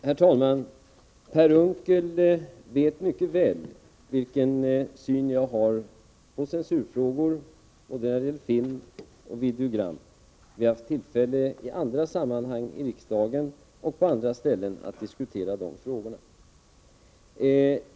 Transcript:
Herr talman! Per Unckel vet mycket väl vilken syn jag har i censurfrågorna när det gäller både film och videogram. Vi har haft tillfälle i andra sammanhang i riksdagen och på andra ställen att diskutera de frågorna.